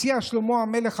הציע שלמה המלך,